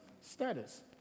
status